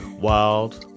Wild